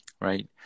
Right